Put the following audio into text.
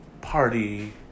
party